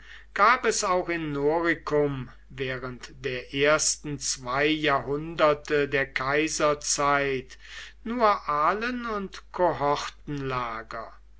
gab es auch in noricum während der ersten zwei jahrhunderte der kaiserzeit nur alen und